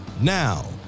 Now